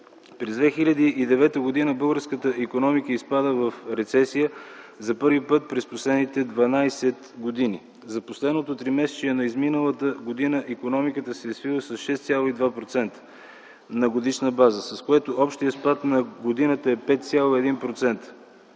През 2009 г. българската икономика изпада в рецесия за първи път през последните 12 години. За последното тримесечие на изминалата година икономиката се е свила с 6,2% на годишна база, с което общият спад на годината е 5,1%.